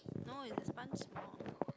no it's the sponge small